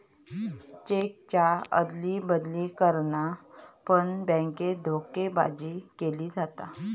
चेकच्या अदली बदली करान पण बॅन्केत धोकेबाजी केली जाता